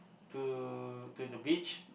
to to the beach